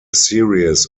series